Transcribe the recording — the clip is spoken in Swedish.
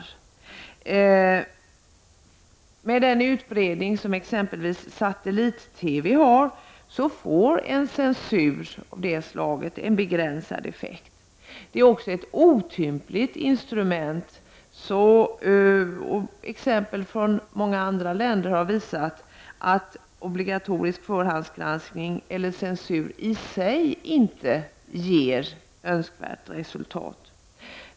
På grund av den utbredning som t.ex. satellit-TV uppnått, får en censur av det slaget begränsad effekt. Det är också ett otympligt instrument. Exempel från många andra länder har visat att obligatorisk förhandsgranskning, eller censur, i sig inte ger önskvärt resultat.